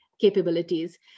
capabilities